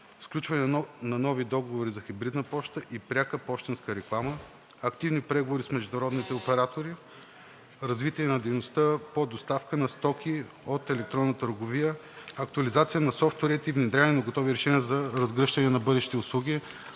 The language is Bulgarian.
сключване на нови договори за хибридна поща и пряка пощенска реклама; активни преговори с международните оператори; развитие на дейността по доставка на стоки от електронна търговия; актуализация на софтуерите и внедряване на готови решения за разгръщане на бъдещи услуги.